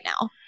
now